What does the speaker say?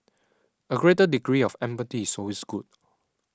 a greater degree of empathy is always good